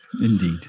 Indeed